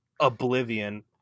oblivion